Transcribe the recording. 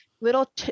little